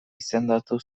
izendatu